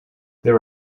there